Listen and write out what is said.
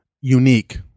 unique